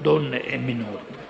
donne e minori).